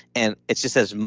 and it's just says,